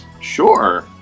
Sure